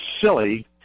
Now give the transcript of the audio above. silly